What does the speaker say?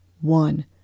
one